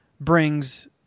brings